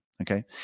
okay